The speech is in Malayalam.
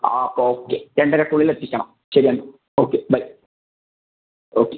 ആ അപ്പോൾ ഓക്കെ രണ്ടരക്കുള്ളിൽ എത്തിക്കണം ശരി എന്നാൽ ഓക്കെ ബൈ ഓക്കെ